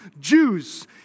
Jews